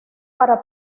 para